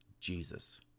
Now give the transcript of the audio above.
Jesus